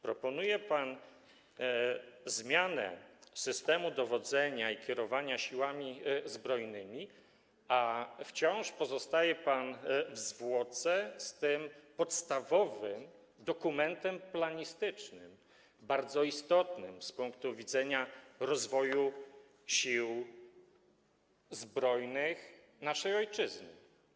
Proponuje pan zmianę systemu dowodzenia i kierowania Siłami Zbrojnymi, a wciąż pozostaje pan w zwłoce z tym podstawowym dokumentem planistycznym, bardzo istotnym z punktu widzenia rozwoju Sił Zbrojnych naszej ojczyzny.